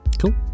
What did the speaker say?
Cool